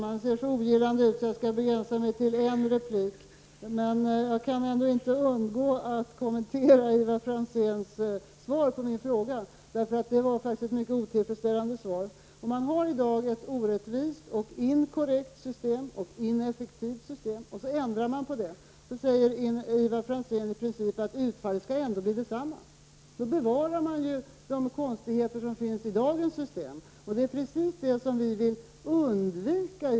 Herr talman! Jag kan inte undgå att kommentera Ivar Franzéns svar på min fråga, då det var mycket otillfredsställande. Om man i dag har ett orättvist, inkorrekt och ineffektivt system och ändrar på det, och Ivar Franzén säger att utfallet i princip ändå blir detsamma, bevarar han ju konstigheterna i dagens system. Det är precis det som vi vill undvika.